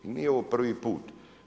Nije ovo prvi put.